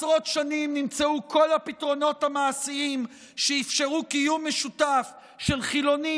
עשרות שנים נמצאו כל הפתרונות המעשיים שאפשרו קיום משותף של חילונים,